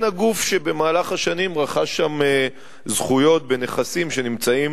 הגוף שבמהלך השנים רכש זכויות ונכסים שנמצאים